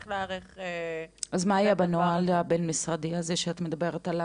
צריך להיערך --- אז מה היה בנוהל הבין-משרדי הזה שאת מדברת עליו?